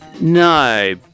No